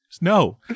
no